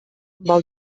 vol